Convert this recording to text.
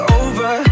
over